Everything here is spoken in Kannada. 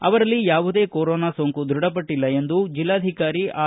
ಅವರಲ್ಲಿ ಯಾವುದೇ ಕೊರೋನಾ ಸೋಂಕು ದೃಢಪಟ್ಟಲ್ಲ ಎಂದು ಜಿಲ್ಲಾಧಿಕಾರಿ ಆರ್